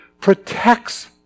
protects